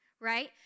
right